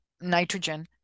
nitrogen